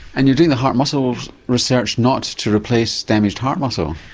and you're doing the heart muscle research not to replace damaged heart muscle.